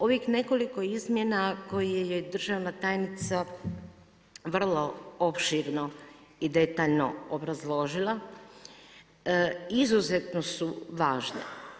Ovih nekoliko izmjena koje je državna tajnica vrlo opširno i detaljno obrazložila izuzetno su važne.